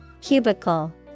Cubicle